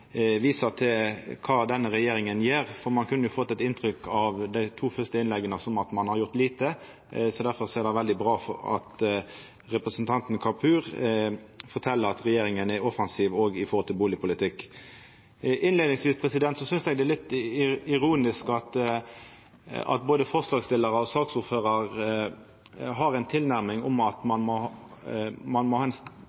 visa til kva denne regjeringa gjer, for ein kunne i dei to første innlegga få inntrykk av at ein har gjort lite. Derfor er det veldig bra at representanten Kapur fortel at regjeringa er offensiv òg når det gjeld bustadpolitikk. Som innleiing: Eg synest det er litt ironisk at både forslagsstillarar og saksordføraren har den tilnærminga at ein